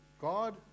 God